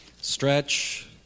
Stretch